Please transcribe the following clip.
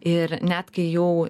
ir net kai jau